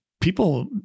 people